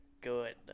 good